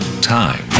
Time